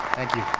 thank you.